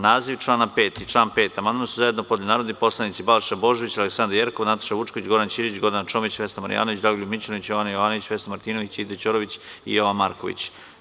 Na naziv člana 5. i član 5. amandman su zajedno podneli narodni poslanici Balša Božović, Aleksandra Jerkov, Nataša Vučković, Goran Ćirić, Gordana Čomić, Vesna Marjanović, Dragoljub Mićunović, Jovana Jovanović, Vesna Martinović, Aida Ćorović i Jovan Marković.